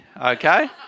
okay